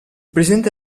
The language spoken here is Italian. presidente